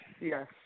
yes